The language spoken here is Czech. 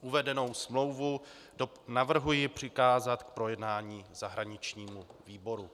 Uvedenou smlouvu navrhuji přikázat k projednání zahraničnímu výboru.